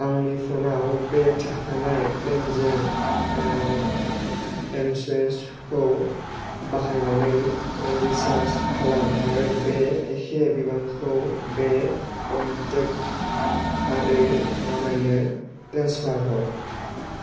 आंनि फ'नाव बे थाखानाय प्लेनजों एमस्वुइफखौ बाहायनानै रिसार्ज खालाम आरो बे एखे बिबांखौ बे क'नटेक्ट आदै आमाइनो ट्रेन्सफार हर